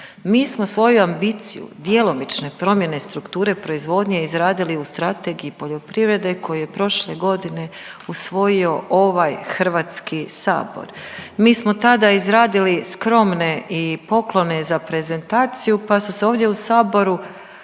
Mi smo svoju ambiciju djelomične promjene strukture proizvodnje izradili u strategiji poljoprivrede koji je prošle godine usvojio ovaj HS. Mi smo tada izradili skromne i poklone za prezentaciju pa su se ovdje u Saboru,